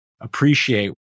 appreciate